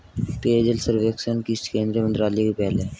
पेयजल सर्वेक्षण किस केंद्रीय मंत्रालय की पहल है?